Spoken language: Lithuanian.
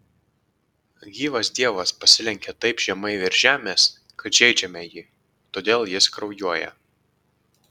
gyvas dievas pasilenkia taip žemai virš žemės kad žeidžiame jį todėl jis kraujuoja